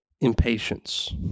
impatience